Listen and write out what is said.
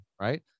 right